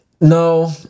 no